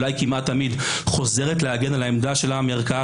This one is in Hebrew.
אולי כמעט תמיד חוזרת להגן על העמדה שלה מערכאה